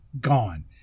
gone